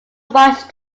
much